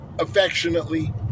affectionately